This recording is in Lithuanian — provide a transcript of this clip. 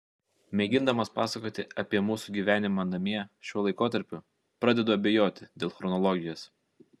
mėgindamas pasakoti apie mūsų gyvenimą namie šiuo laikotarpiu pradedu abejoti dėl chronologijos